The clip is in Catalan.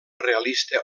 realista